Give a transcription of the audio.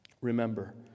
Remember